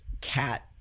cat